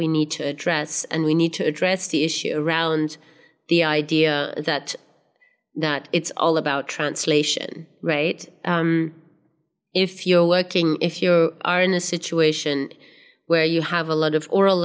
we need to address and we need to address the issue around the idea that that it's all about translation right um if you're working if you are in a situation where you have a lot of o